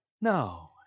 No